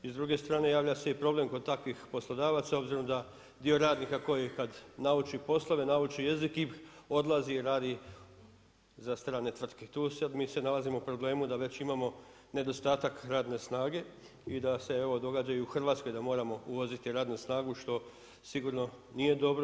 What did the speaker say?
I s druge strane javlja se problem kod takvih poslodavaca obzirom da dio radnika koji kada nauči poslove, nauči jezik odlazi i radi za strane tvrtke, tu se nalazimo u problemu da već imamo nedostatak radne snage i da se događa i u Hrvatskoj da moramo uvoziti radnu snagu što sigurno nije dobro.